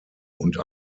und